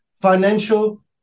financial